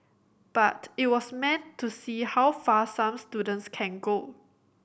but it was meant to see how far some students can go